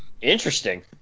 interesting